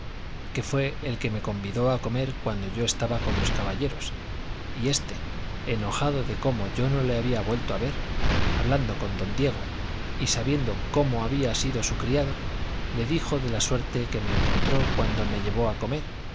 que fue el que me convidó a comer cuando yo estaba con los caballeros y este enojado de cómo yo no le había vuelto a ver hablando con don diego y sabiendo cómo yo había sido su criado le dijo de la suerte que me encontró cuando me llevó a comer